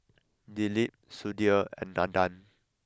Dilip Sudhir and Nandan